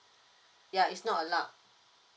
ya it's not allowed